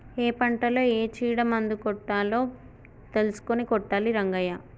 ఏ పంటలో ఏ చీడ మందు కొట్టాలో తెలుసుకొని కొట్టాలి రంగయ్య